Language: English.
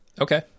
Okay